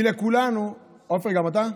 כי לכולנו, עופר, גם אתה?